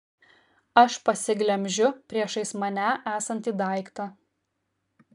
aš pasiglemžiu priešais mane esantį daiktą